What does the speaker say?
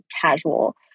casual